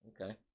okay